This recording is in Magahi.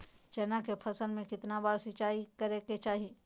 चना के फसल में कितना बार सिंचाई करें के चाहि?